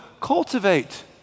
cultivate